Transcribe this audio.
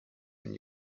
when